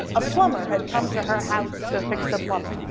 a plumber had come to her house to fix the plumbing,